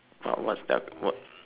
but what's they're what